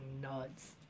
nuts